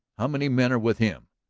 how many men are with him?